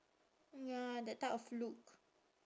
ya that type of look